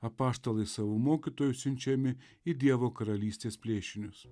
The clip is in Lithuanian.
apaštalai savo mokytojų siunčiami į dievo karalystės plėšinius